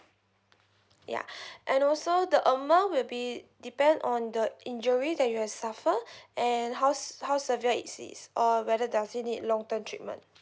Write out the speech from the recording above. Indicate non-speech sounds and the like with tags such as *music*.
ya *breath* and also the amount will be depend on the injury that you've suffered *breath* and how s~ how severe it is or whether does it need long term treatment